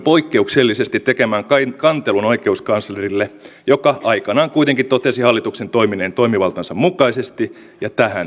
mutta jos tämä asedirektiivi kaikesta huolimatta menee läpi niin tulen ehdottamaan että sitä ei implementoida